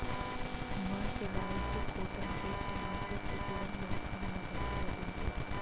mercerised cotton के इस्तेमाल से सिकुड़न बहुत कम हो जाती है पिंटू